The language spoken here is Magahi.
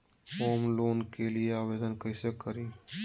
होम लोन के आवेदन कैसे करि?